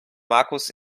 markus